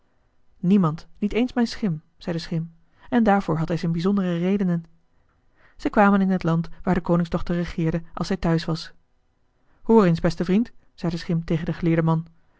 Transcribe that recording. niemand niet eens mijn schim zei de schim en daarvoor had hij zijn bijzondere redenen zij kwamen in het land waar de koningsdochter regeerde als zij thuis was hoor eens beste vriend zei de schim tegen den geleerden man